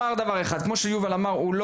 שיובל אמר,